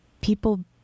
people